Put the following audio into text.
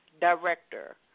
director